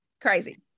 crazy